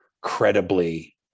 credibly